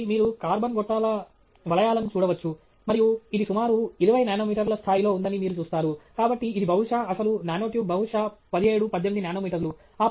కాబట్టి మీరు కార్బన్ గొట్టాల వలయాలను చూడవచ్చు మరియు ఇది సుమారు 20 నానోమీటర్ల స్థాయిలో ఉందని మీరు చూస్తారు కాబట్టి ఇది బహుశా అసలు నానోట్యూబ్ బహుశా 17 18 నానోమీటర్లు